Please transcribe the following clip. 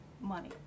money